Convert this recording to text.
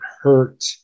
hurt